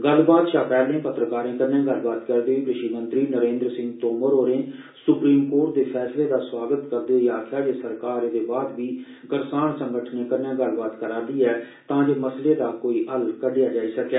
गल्लबात शा पैहले पत्रकारे कन्नै गल्लबात करदे होई कृषि मंत्री नरेन्द्र सिंह तोमर होरे सुप्रीम कोर्ट दे फैसले दा स्वागत करदे होई आक्खेया जे सरकार एदे बाद बी करसान संगठनें कन्नै गल्लबात करा रदी ऐ तां जे मसले दा कोई हल कड्डेया जाई सकै